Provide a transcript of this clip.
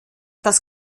das